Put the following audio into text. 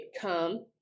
come